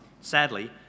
sadly